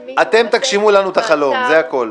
תגשימו לנו את החלום, זה הכול.